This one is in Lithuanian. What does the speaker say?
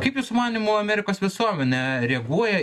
kaip jūsų manymu amerikos visuomenė reaguoja